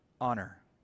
honor